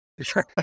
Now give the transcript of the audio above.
Sure